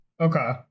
Okay